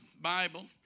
Bible